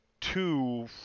two